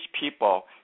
people